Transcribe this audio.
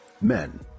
Men